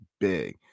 big